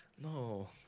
No